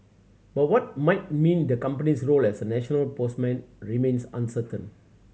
but what might mean the company's role as a national postman remains uncertain